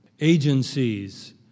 agencies